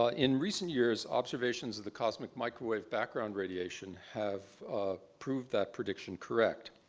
ah in recent years, observations of the cosmic microwave background radiation have proved that prediction correct.